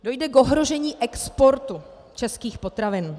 Dojde k ohrožení exportu českých potravin.